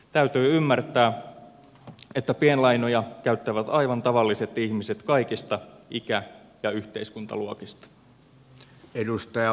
täytyy ymmärtää että pienlainoja käyttävät aivan tavalliset ihmiset kaikista ikä ja yhteiskuntaluokista